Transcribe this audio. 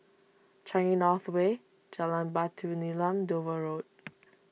Changi North Way Jalan Batu Nilam Dover Road